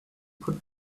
put